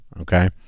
okay